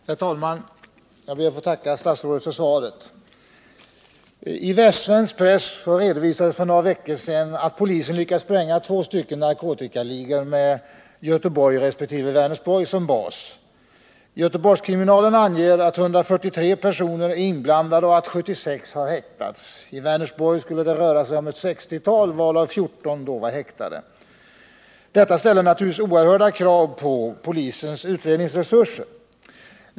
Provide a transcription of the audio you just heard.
Herr talman! Jag ber att få tacka statsrådet för svaret. I västsvensk press redovisades för några veckor sedan att polisen lyckats spränga två narkotikaligor med Göteborg resp. Vänersborg som bas. Göteborgskriminalen anger att 143 personer är inblandade och att 76 har häktats. I Vänersborg skulle det röra sig om ett 60-tal, varav 14 är häktade. Detta ställer naturligtvis oerhört stora krav på polisens utredningsresurser.